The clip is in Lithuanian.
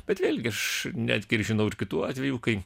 bet vėlgi aš netgi ir žinau ir kitų atvejų kai